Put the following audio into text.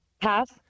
Pass